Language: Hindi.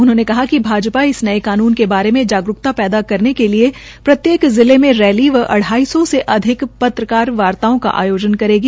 उन्होंने कहा कि भाजपा इस नये कान्न के बारे में जागरूकता पैदा करने के लिए प्रत्येक जिले व अढाई सौ से अधिक पत्रकार वार्ताओं का आयोजन करेगी